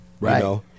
Right